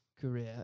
career